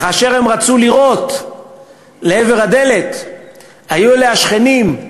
כאשר הם רצו לירות לעבר הדלת היו אלה השכנים,